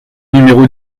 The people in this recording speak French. numéro